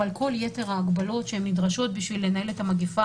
אבל כל יתר ההגבלות שנדרשות בשביל לנהל את המגפה